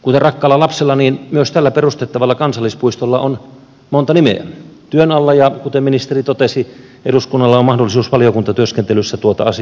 kuten rakkaalla lapsella myös tällä perustettavalla kansallispuistolla on monta nimeä työn alla ja kuten ministeri totesi eduskunnalla on mahdollisuus valiokuntatyöskentelyssä tuota asiaa käydä läpi